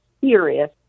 serious